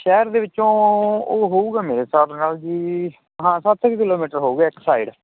ਸ਼ਹਿਰ ਦੇ ਵਿੱਚੋਂ ਉਹ ਹੋਊਗਾ ਮੇਰੇ ਸਾਬ ਨਾਲ ਜੀ ਹਾਂ ਸੱਤ ਕ ਕਿਲੋਮੀਟਰ ਹੋਊਗਾ ਇੱਕ ਸਾਈਡ